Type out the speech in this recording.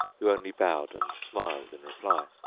who only bowed and smiled in reply.